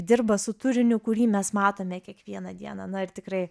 dirba su turiniu kurį mes matome kiekvieną dieną na ir tikrai